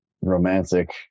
romantic